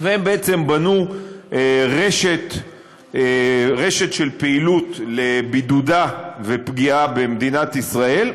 והם בעצם בנו רשת של פעילות לבידוד ולפגיעה במדינת ישראל,